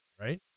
right